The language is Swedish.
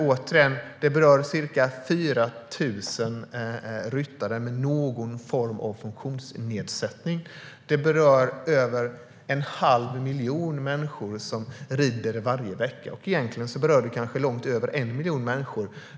Återigen: Detta berör ca 4 000 ryttare med någon form av funktionsnedsättning. Det berör över en halv miljon människor som rider varje vecka. Egentligen berör det kanske långt över 1 miljon människor.